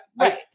Right